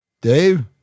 Dave